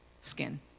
skin